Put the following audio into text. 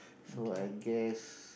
so I guess